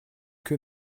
que